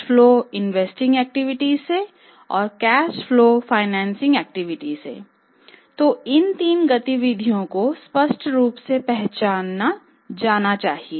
तो इन 3 गतिविधियों को स्पष्ट रूप से पहचाना जाना चाहिए